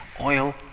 oil